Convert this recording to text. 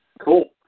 Cool